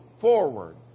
forward